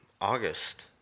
August